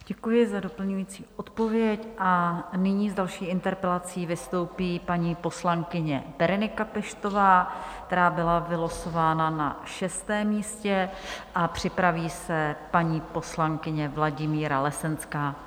Děkuji za doplňující odpověď a nyní s další interpelací vystoupí paní poslankyně Berenika Peštová, která byla vylosována na šestém místě, a připraví se paní poslankyně Vladimíra Lesenská.